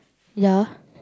ya